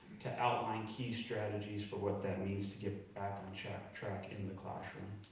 to outline key strategies for what that means, to get back on track track in the classroom.